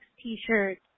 t-shirt